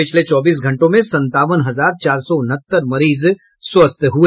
पिछले चौबीस घंटों में संतावन हजार चार सौ उनहत्तर मरीज स्वस्थ हुए